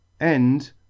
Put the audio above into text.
end